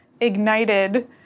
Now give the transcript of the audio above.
ignited